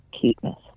cuteness